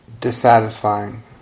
dissatisfying